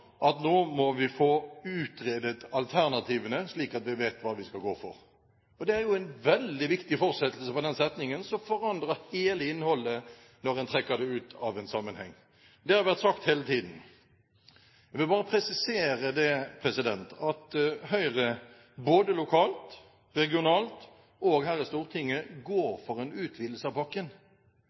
at nå må vi få utredet alternativene, slik at vi vet hva vi skal gå for. Det er jo en veldig viktig fortsettelse på setningen; det forandrer hele innholdet når en trekker det ut av en sammenheng. Det har vært sagt hele tiden. Jeg vil bare presisere at Høyre både lokalt, regionalt og her i Stortinget går for en utvidelse av pakken.